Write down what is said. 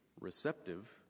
receptive